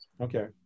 Okay